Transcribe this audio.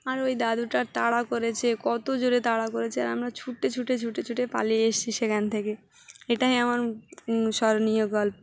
আর ওই দাদুটার তাড়া করেছে কত জোরে তাড়া করেছে আর আমরা ছুটে ছুটে ছুটে ছুটে পালিয়ে এসেছি সেখান থেকে এটাই আমার স্মরণীয় গল্প